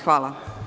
Hvala.